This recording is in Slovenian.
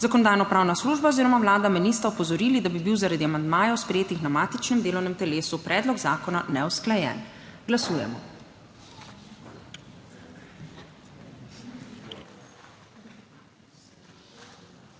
Zakonodajno-pravna služba oziroma Vlada me nista opozorili, da bi bil zaradi amandmajev, sprejetih na matičnem delovnem telesu, predlog zakona neusklajen. Glasujemo.